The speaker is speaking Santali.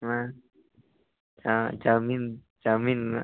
ᱟᱪᱪᱷᱟ ᱪᱟᱣᱢᱤᱱ ᱢᱮᱱᱟᱜᱼᱟ